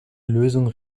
lösung